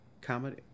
comedy